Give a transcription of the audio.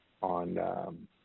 on